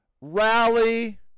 rally